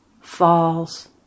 falls